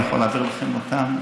אני יכול להעביר לכם אותם,